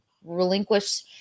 relinquish